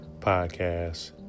Podcast